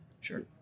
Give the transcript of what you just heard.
Sure